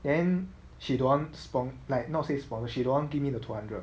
then she don't want spons~ like not says sponsporship she don't want give me the two hundred